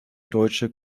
deutsche